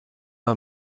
mal